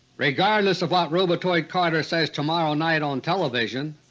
regardless of what robotoid carter says tomorrow night on television,